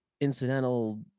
incidental